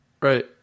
right